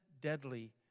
deadly